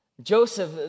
Joseph